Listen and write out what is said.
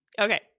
Okay